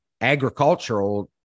agricultural